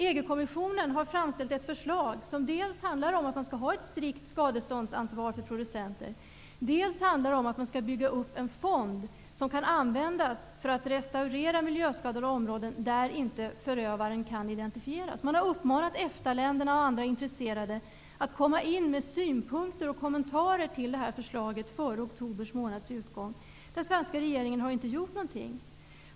EG-kommissionen har framställt ett förslag som dels handlar om att det skall vara ett strikt skadeståndsansvar för producenter, dels handlar om att bygga upp en fond som kan användas för att restaurera miljöskadade områden där inte förövaren kan identifieras. Man har uppmanat EFTA-länderna och andra intresserade att komma in med synpunkter och kommentarer till det förslaget före oktober månads utgång. Den svenska regeringen har inte gjort någonting.